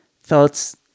thoughts